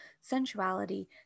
sensuality